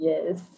Yes